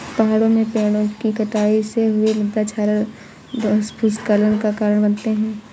पहाड़ों में पेड़ों कि कटाई से हुए मृदा क्षरण भूस्खलन का कारण बनते हैं